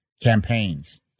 campaigns